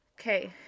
Okay